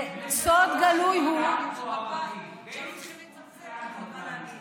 סוד גלוי הוא, במשך כל השנים גרו פה ערבים.